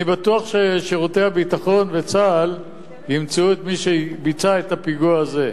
אני בטוח ששירותי הביטחון וצה"ל ימצאו את מי שביצע את הפיגוע הזה,